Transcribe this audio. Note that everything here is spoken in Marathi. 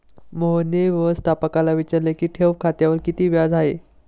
मोहनने व्यवस्थापकाला विचारले की ठेव खात्यावर किती व्याज आहे?